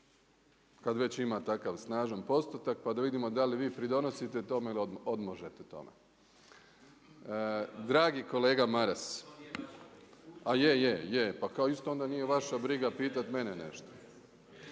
kada već ima takav snažan postotak pa da vidimo da li vi pridonosite tome ili odmažete tome. Dragi kolega Maras, …/Upadica se ne čuje./… A je, je, je, pa kao isto onda nije vaša briga pitati mene nešto.